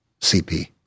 CP